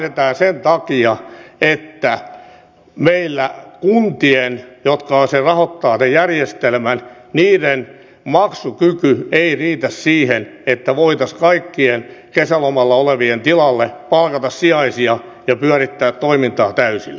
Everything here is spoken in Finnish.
vähennetään sen takia että meillä kuntien jotka rahoittavat sen järjestelmän maksukyky ei riitä siihen että voitaisiin kaikkien kesälomalla olevien tilalle palkata sijaisia ja pyörittää toimintaa täysillä